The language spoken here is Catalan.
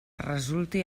resulti